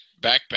backpack